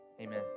amen